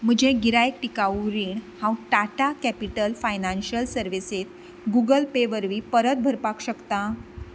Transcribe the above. म्हजें गिरायक टिकाऊ रीण हांव टाटा कॅपिटल फायनान्शियल सर्विसींत गूगल पे वरवीं परत भरपाक शकता